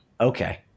Okay